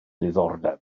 diddordeb